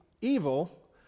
evil